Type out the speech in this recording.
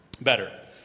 better